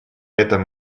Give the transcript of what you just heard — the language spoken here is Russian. этом